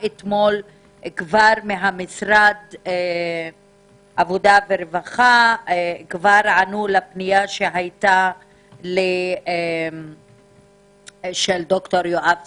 אתמול ממשרד העבודה והרווחה כבר ענו לפנייה שהייתה של ד"ר יואב ספיר,